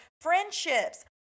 friendships